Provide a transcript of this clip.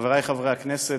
חברי חברי הכנסת,